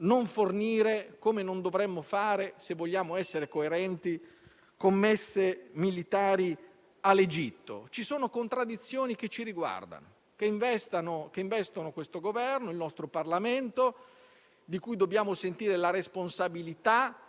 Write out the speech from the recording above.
non fornire - come non dovremmo fare, se vogliamo essere coerenti - commesse militari all'Egitto? Ci sono contraddizioni che ci riguardano, che investono il Governo e il nostro Parlamento e di cui dobbiamo sentire la responsabilità,